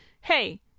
hey